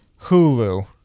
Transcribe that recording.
Hulu